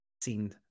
seen